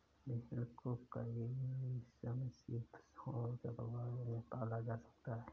भेड़ को कई समशीतोष्ण जलवायु में पाला जा सकता है